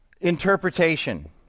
interpretation